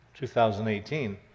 2018